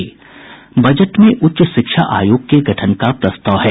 budget में उच्च शिक्षा आयोग के गठन का प्रस्ताव है